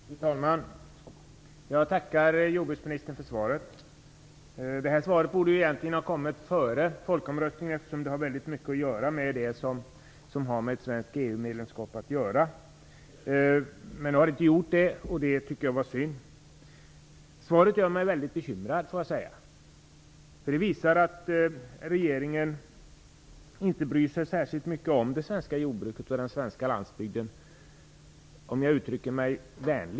Fru talman! Jag tackar jordbruksministern för svaret. Hennes svar borde egentligen ha kommit före folkomröstningen, eftersom det i mycket berör frågan om ett svenskt EU-medlemskap. Jag tycker att det var synd att så inte blev fallet. Svaret gör mig bekymrad, eftersom det visar att regeringen, vänligt uttryckt, inte bryr sig särskilt mycket om det svenska jordbruket och den svenska landsbygden.